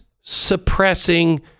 suppressing